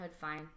fine